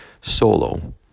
solo